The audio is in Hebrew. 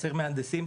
חסרים מהנדסים.